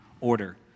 order